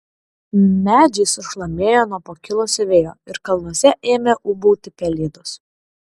medžiai sušlamėjo nuo pakilusio vėjo ir kalnuose ėmė ūbauti pelėdos